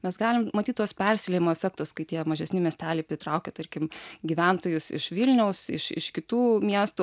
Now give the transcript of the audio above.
mes galim matyt tuos persiliejimo efektus kai tie mažesni miesteliai pitraukia tarkim gyventojus iš vilniaus iš iš kitų miestų